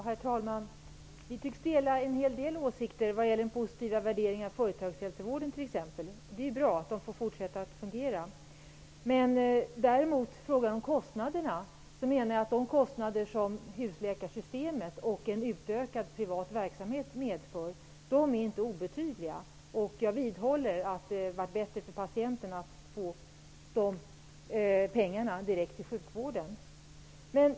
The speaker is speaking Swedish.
Herr talman! Vi tycks dela en hel del åsikter, t.ex. den positiva värderingen av företagshälsovården. Det är ju bra att den får fortsätta att fungera. I fråga om kostnaderna menar jag däremot att de kostnader husläkarsystemet och en utökad privat verksamhet medför inte är obetydliga. Jag vidhåller att det hade varit bättre för patienterna att få de pengarna direkt till sjukvården.